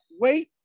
Wait